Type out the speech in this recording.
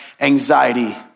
anxiety